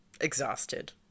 exhausted